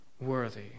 worthy